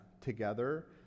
together